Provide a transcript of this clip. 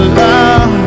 love